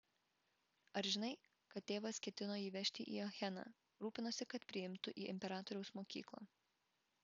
ar žinai kad tėvas ketino jį vežti į acheną rūpinosi kad priimtų į imperatoriaus mokyklą